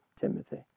Timothy